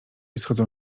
schodzą